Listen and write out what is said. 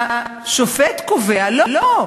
והשופט קובע: לא,